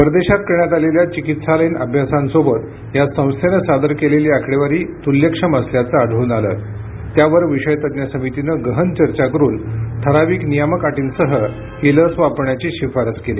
परदेशात करण्यात आलेल्या चिकित्सालयीन अभ्यासांसोबत या संस्थेनं सादर केलेली आकडेवारी तुल्यक्षम असल्याचं आढळून आलं त्यावर विषय तज्ञ समितीनं गहन चर्चा करून ठराविक नियामक अटींसह ही लस वापरण्याची शिफारस केली